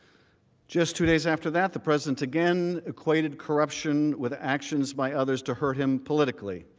just two days after that the president again equated corruption with actions by others to hurt him politically.